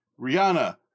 Rihanna